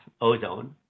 ozone